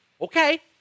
okay